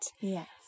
Yes